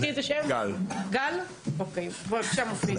בבקשה, מופיד.